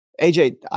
AJ